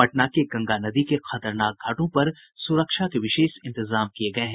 पटना के गंगा नदी के खतरनाक घाटों पर सुरक्षा के विशेष इंतजाम किये गये हैं